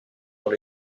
dans